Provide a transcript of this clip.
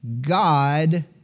God